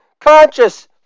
Conscious